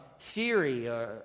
theory